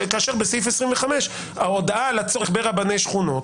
כאשר בסעיף 25 ההודעה על הצורך ברבני שכונות,